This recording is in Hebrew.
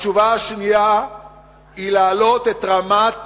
התשובה השנייה היא להעלות את רמת